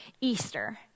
Easter